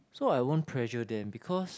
so I won't pressure them because